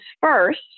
first